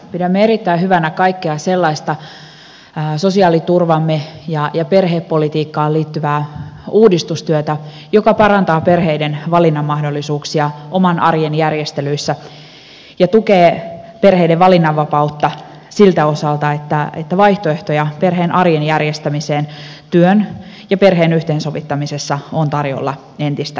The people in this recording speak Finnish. pidämme erittäin hyvänä kaikkea sellaista sosiaaliturvaamme ja perhepolitiikkaamme liittyvää uudistustyötä joka parantaa perheiden valinnanmahdollisuuksia oman arjen järjestelyissä ja tukee perheiden valinnanvapautta siltä osalta että vaihtoehtoja perheen arjen järjestämiseen työn ja perheen yhteensovittamisessa on tarjolla entistä enemmän